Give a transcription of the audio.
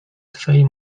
twej